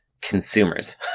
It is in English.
consumers